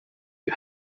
you